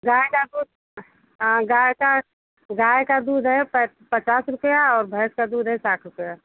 गाय का दूध गाय का गाय का दूध है पचास रुपये और भैंस का दूध है साठ रुपये